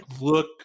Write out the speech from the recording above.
look